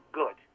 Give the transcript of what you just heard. good